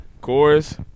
Chorus